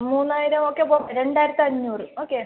മൂന്നായിരം okay പോ രണ്ടായിരത്തഞ്ഞൂറ് okay